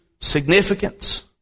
significance